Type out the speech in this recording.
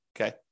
Okay